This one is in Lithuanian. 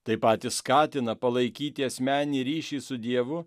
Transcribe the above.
tai patys skatina palaikyti asmeninį ryšį su dievu